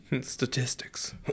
Statistics